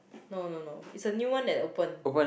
no no no it's a new one that opened